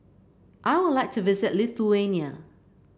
I would like to visit Lithuania